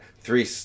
three